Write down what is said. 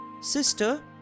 Sister